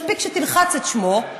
מספיק שתלחץ את שמו,